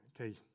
okay